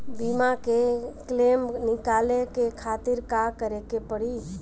बीमा के क्लेम निकाले के खातिर का करे के पड़ी?